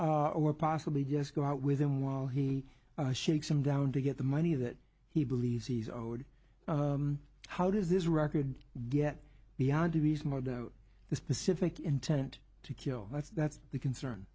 up or possibly just go out with him while he shakes him down to get the money that he believes he's owed how does this record get beyond a reasonable doubt the specific intent to kill that's that's the concern